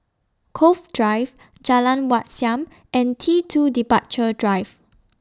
Cove Drive Jalan Wat Siam and T two Departure Drive